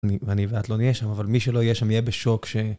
ואני ואת לא נהיה שם, אבל מי שלא יהיה שם יהיה בשוק ש...